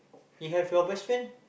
if have your best friend